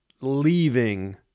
leaving